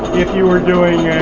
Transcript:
if you were doing a,